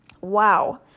Wow